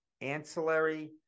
ancillary